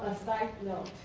side note,